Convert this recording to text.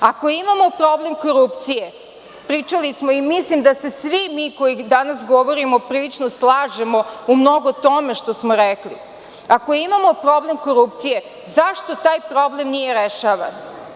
Ako imamo problem korupcije, pričali smo i mislim da se svi mi koji danas govorimo prilično slažemo u mnogo tome što smo rekli, ako imamo problem korupcije, zašto taj problem nije rešavan?